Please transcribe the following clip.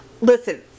Listen